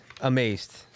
Amazed